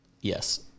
Yes